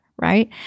right